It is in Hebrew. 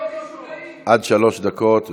עד שלוש דקות.